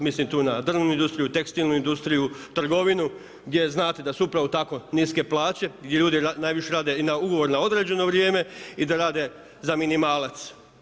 Mislim tu na drvnu industriju, tekstilnu industriju, trgovinu, gdje znate da su upravo tako niske plaće, gdje ljudi najviše rade i na ugovor na određeno vrijeme i da rade za minimalac.